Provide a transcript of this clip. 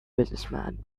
businessman